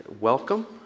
welcome